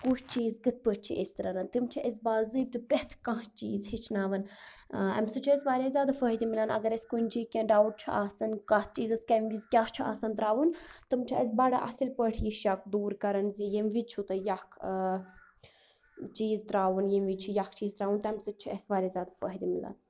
کُس چیٖز کِتھٕ پٲٹھۍ چھِ أسۍ رنان تِم چھِ أسۍ باضٲبطہٕ پرٛتھ کانٛہہ چیٖز ہیٚچھناوان اَمہِ سۭتۍ چھُ اَسہِ واریاہ زیادٕ فٔٲیِدٕ میلان اگر اَسہِ کُنہِ جایہِ کیٚنٛہہ ڈاوُٹ چھُ آسان کتھ چیٖزَس کَمہِ وِز کیٛاہ چھُ آسان ترٛاوُن تِم چھِ اَسہِ بَڈٕ اَصٕل پٲٹھۍ یہِ شَکھ دوٗر کَران زِ ییٚمہِ وز چھُو تۄہہِ یہِ اَکھ چیٖز ترٛاوُن ییٚمہِ وز چھُ یہِ اَکھ چیٖز ترٛاوُن تَمہِ سۭتۍ چھُ اَسہِ واریاہ زیادٕ فٲیِدٕ میلان